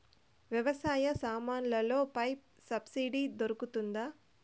వ్యవసాయ సామాన్లలో పై సబ్సిడి దొరుకుతుందా?